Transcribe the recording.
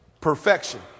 perfection